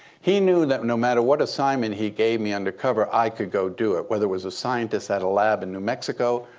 he knew that no matter what assignment he gave me under cover, i could go do it, whether it was a scientist at a lab in new mexico,